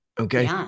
Okay